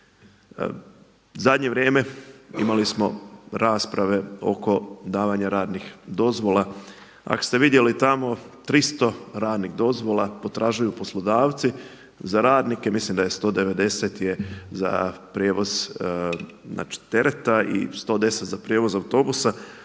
Zadnje vrijeme imali smo rasprave oko davanja radnih dozvola, ako ste vidjeli tamo 300 radnih dozvola potražuju poslodavci za radnike, mislim da je 190 je za prijevoz tereta i 110 za prijevoz za autobusa,